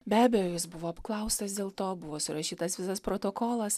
be abejo jis buvo apklaustas dėl to buvo surašytas visas protokolas